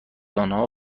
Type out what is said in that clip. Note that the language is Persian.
آنها